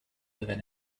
living